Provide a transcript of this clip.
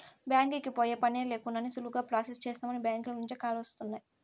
బ్యాంకీకి పోయే పనే లేకండా సులువుగా ప్రొసెస్ చేస్తామని బ్యాంకీల నుంచే కాల్స్ వస్తుండాయ్